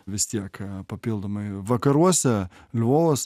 vis tiek papildomai vakaruose lvovas